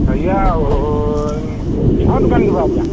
এয়া কিহৰ দোকান দিবা এতিয়া